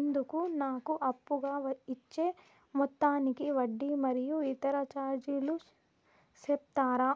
ఇందుకు నాకు అప్పుగా ఇచ్చే మొత్తానికి వడ్డీ మరియు ఇతర చార్జీలు సెప్తారా?